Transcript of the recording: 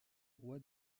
roi